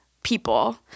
people